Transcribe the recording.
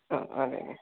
ആ അതെയല്ലേ